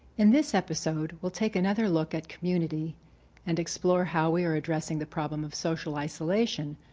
in this episode. we'll take another look at community and explore how we are addressing the problem of social isolation.